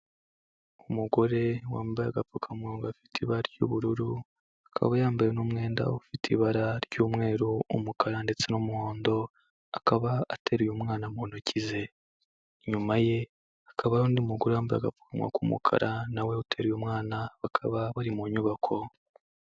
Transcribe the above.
Umugore wambaye agapfukamunwa gafite ibara ry'ubururu, akaba yambaye n'umwenda ufite ibara ry'umweru, umukara ndetse n'umuhondo, akaba ateruye umwana mu ntoki ze, inyuma ye hakaba hari undi mugore wambaye agapfukamunwa k'umukara, na we uteruye umwana bakaba bari mu nyubako.